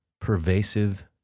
pervasive